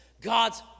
God's